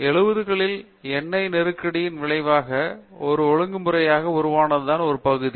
70 களின் எண்ணெய் நெருக்கடியின் விளைவாக ஒரு ஒழுங்குமுறையாக உருவான ஒரு பகுதி